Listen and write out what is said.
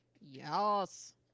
Yes